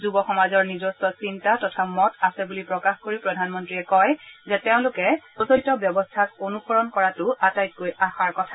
যুব সমাজৰ নিজস্ব চিন্তা ততা মত আছে বুলি প্ৰকাশ কৰি প্ৰধানমন্ত্ৰীয়ে কয় যে তেওঁলোকে প্ৰচলিত ব্যৱস্থাক অনুসৰণ কৰাটো আটাইতকৈ আশাৰ কথা